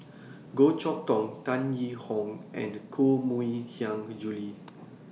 Goh Chok Tong Tan Yee Hong and Koh Mui Hiang Julie